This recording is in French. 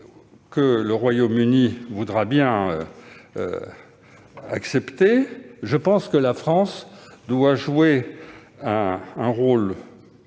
que le Royaume-Uni voudra bien accepter. La France doit jouer un rôle